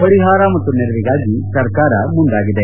ಪರಿಹಾರ ಮತ್ತು ನೆರವಿಗಾಗಿ ಸರ್ಕಾರ ಮುಂದಾಗಿದೆ